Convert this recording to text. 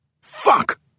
Fuck